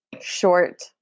short